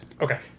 Okay